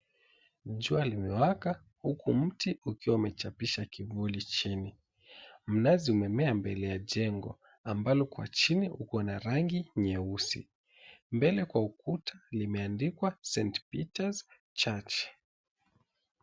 Jua limewaka huku miti ikiwa imechapisha kivuli chini. Mnazi umemea mbele ya jengo ambalo kwa chini una rangi nyeusi. Mbele kwa ukuta limeandikwa, St. Peter's Church.